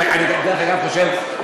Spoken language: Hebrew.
אני לא מתערב בשיקולים,